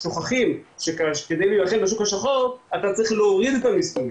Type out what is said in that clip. שוכחים שכדי להילחם בשוק השחור אתה צריך להוריד את המיסוי,